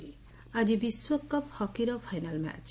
hockey ଆକି ବିଶ୍ୱକପ୍ ହକିର ଫାଇନାଲ ମ୍ୟାଚ୍